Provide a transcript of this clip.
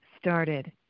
started